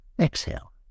exhale